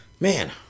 Man